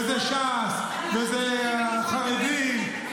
זה ש"ס וזה החרדים.